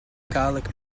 garlic